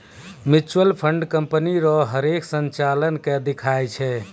mutual fund company रो हरेक संचालन के दिखाय छै